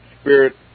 spirit